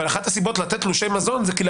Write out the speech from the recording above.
אבל אחת הסיבות לתת תלושי מזון זה מכיוון